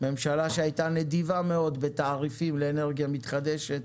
ממשלה שהייתה נדיבה מאוד בתעריפים לאנרגיה מתחדשת